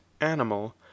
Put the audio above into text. animal